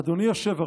"אדוני היושב-ראש,